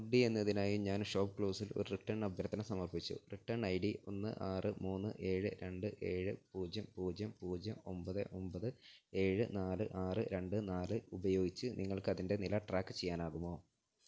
hoodie എന്നതിനായി ഞാൻ ഷോപ്പ്ക്ലൂസിൽ ഒരു റിട്ടേൺ അഭ്യർത്ഥന സമർപ്പിച്ചു റിട്ടേൺ ഐ ഡി ഒന്ന് ആറ് മൂന്ന് ഏഴ് രണ്ട് ഏഴ് പൂജ്യം പൂജ്യം പൂജ്യം ഒമ്പത് ഒമ്പത് ഏഴ് നാല് ആറ് രണ്ട് നാല് ഉപയോഗിച്ചു നിങ്ങൾക്ക് അതിൻ്റെ നില ട്രാക്ക് ചെയ്യാനാകുമോ